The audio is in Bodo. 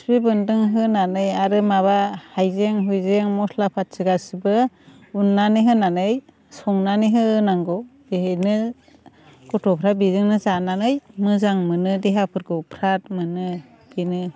खिफि बेन्दों होनानै आरो माबा हायजें हुयजें मस्ला फाथि गासिबो उननानै होनानै संनानै होनांगौ बेनो गथ'फ्रा बेजोंनो जानानै मोजां मोनो देहाफोरखौ फ्राद मोनो बेनो